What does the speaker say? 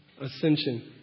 ascension